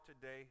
today